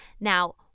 Now